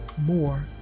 more